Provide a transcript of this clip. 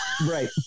Right